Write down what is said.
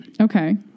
Okay